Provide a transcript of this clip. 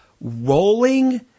rolling